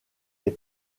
les